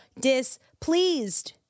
displeased